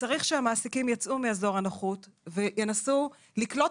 צריך שהמעסיקים יצאו מאזור הנוחות וינסו לקלוט